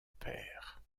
père